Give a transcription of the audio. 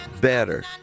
better